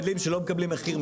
אבל יש מגדלים שלא מקבלים מחיר,